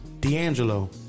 D'Angelo